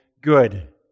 good